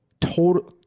total